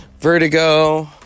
Vertigo